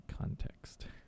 context